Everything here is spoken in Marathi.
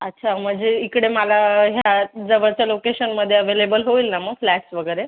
अच्छा म्हणजे इकडे मला ह्या जवळच्या लोकेशनमध्ये अव्हेलेबल होईल ना मग फ्लॅटस् वगैरे